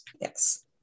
Yes